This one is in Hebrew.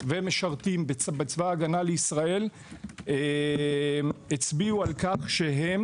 ומשרתות בצבא ההגנה לישראל הצביעו על כך שהם